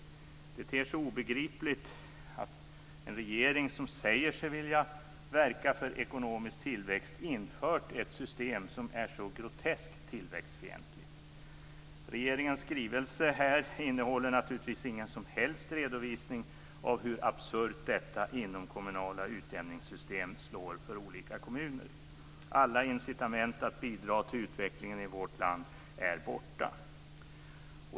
Det ter sig obegripligt att en regering som säger sig vilja verka för ekonomisk tillväxt infört ett system som är så groteskt tillväxtfientligt. Regeringens skrivelse innehåller naturligtvis ingen som helst redovisning av hur absurt detta inomkommunala utjämningssystem slår för olika kommuner. Alla incitament till att bidra till utvecklingen i vårt land är borta.